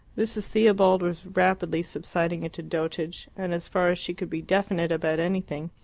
mrs. theobald was rapidly subsiding into dotage, and, as far as she could be definite about anything,